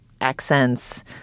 accents